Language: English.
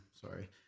Sorry